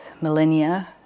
millennia